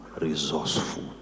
resourceful